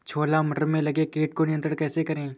छोला मटर में लगे कीट को नियंत्रण कैसे करें?